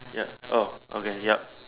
ya orh okay yup